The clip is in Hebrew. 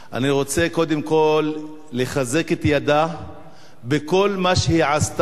אני רוצה קודם כול לחזק את ידה בכל מה שהיא עשתה